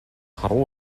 харав